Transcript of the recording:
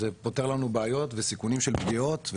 זה פותר לנו בעיות וסיכונים של פגיעות.